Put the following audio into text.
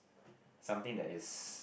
something that is